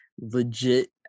legit